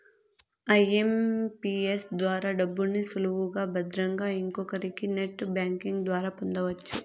IMPS ద్వారా డబ్బుని సులువుగా భద్రంగా ఇంకొకరికి నెట్ బ్యాంకింగ్ ద్వారా పొందొచ్చు